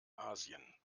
asien